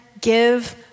give